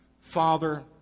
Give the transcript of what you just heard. Father